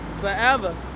forever